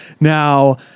Now